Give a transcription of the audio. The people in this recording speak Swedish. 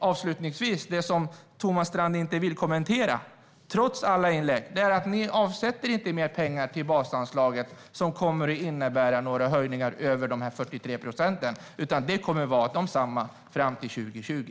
Avslutningsvis - och detta vill Thomas Strand inte kommentera, trots alla inlägg - avsätter ni inte mer pengar till basanslaget som kommer att innebära höjningar utöver de 43 procenten, utan det kommer att vara detsamma fram till 2020.